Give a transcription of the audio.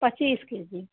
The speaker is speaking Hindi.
पचीस के जी